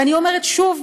ואני אומרת "שוב",